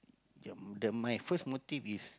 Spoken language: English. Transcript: ya the my first motive is